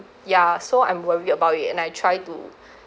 ya so I'm worried about it and I try to